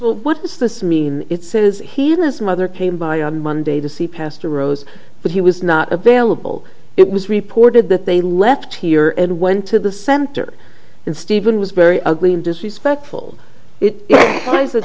well what does this mean it says he this mother came by on monday to see pastor rose but he was not a bailable it was reported that they left here and went to the center and stephen was very ugly and disrespectful it